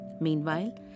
Meanwhile